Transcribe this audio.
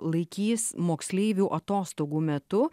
laikys moksleivių atostogų metu